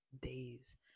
days